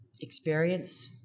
experience